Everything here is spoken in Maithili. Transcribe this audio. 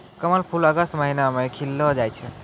कमल फूल अगस्त महीना मे खिललो जाय छै